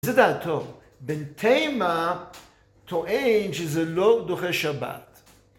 זה דעתו. בן תימה טוען שזה לא דוחה שבת.